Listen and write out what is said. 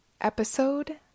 episode